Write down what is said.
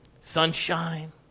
Sunshine